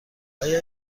آیا